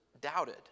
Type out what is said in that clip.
doubted